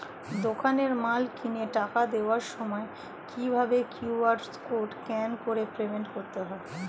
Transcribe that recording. দোকানে মাল কিনে টাকা দেওয়ার সময় কিভাবে কিউ.আর কোড স্ক্যান করে পেমেন্ট করতে হয়?